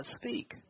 speak